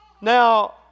Now